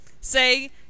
say